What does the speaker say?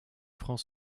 franc